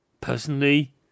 personally